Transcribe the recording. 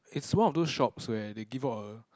it's one of those shops where they give out a